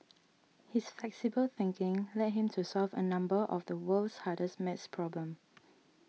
his flexible thinking led him to solve a number of the world's hardest math problems